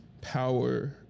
power